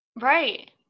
Right